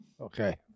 Okay